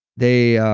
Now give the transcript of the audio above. they